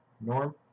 norm